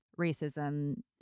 racism